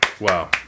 Wow